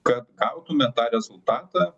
kad gautume tą rezultatą